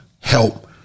help